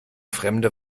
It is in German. fremde